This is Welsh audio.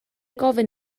gofyn